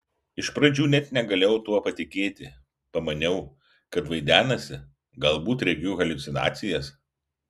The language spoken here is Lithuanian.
iš pradžių net negalėjau tuo patikėti pamaniau kad vaidenasi galbūt regiu haliucinacijas